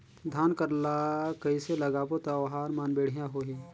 धान कर ला कइसे लगाबो ता ओहार मान बेडिया होही?